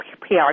PR